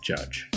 Judge